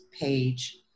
page